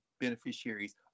beneficiaries